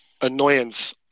annoyance